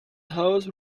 house